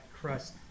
crust